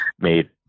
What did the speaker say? made